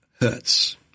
hurts